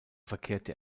verkehrte